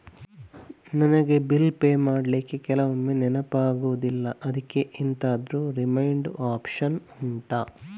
ನನಗೆ bill pay ಮಾಡ್ಲಿಕ್ಕೆ ಕೆಲವೊಮ್ಮೆ ನೆನಪಾಗುದಿಲ್ಲ ಅದ್ಕೆ ಎಂತಾದ್ರೂ ರಿಮೈಂಡ್ ಒಪ್ಶನ್ ಉಂಟಾ